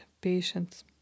patience